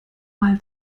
mal